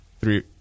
three